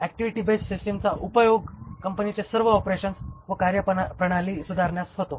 activity based सिस्टिमचा उपयोग कंपनीचे सर्व ऑपरेशन्स व कार्यप्रणाली सुधारण्यास होतो